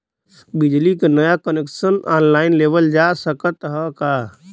बिजली क नया कनेक्शन ऑनलाइन लेवल जा सकत ह का?